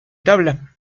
tabla